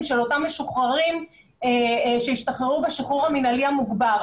של אותם משוחררים שהשתחררו בשחרור המנהלי המוגבר,